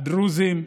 הדרוזים,